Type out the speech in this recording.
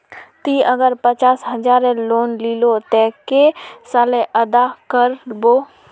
ती अगर पचास हजारेर लोन लिलो ते कै साले अदा कर बो?